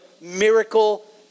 miracle